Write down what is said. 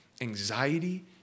anxiety